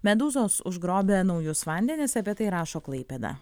medūzos užgrobia naujus vandenis apie tai rašo klaipėda